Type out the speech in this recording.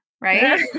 Right